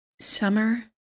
Summer